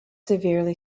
severely